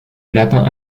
lapin